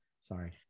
sorry